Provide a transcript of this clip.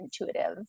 intuitive